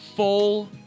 Full